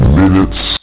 minutes